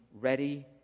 ready